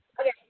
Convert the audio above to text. Okay